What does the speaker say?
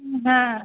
হুম হ্যাঁ